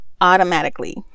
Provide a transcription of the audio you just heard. automatically